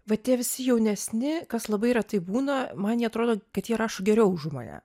va tie visi jaunesni kas labai retai būna man jie atrodo kad jie rašo geriau už mane